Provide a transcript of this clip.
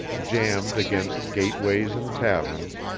jammed against gateways and taverns,